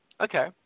Okay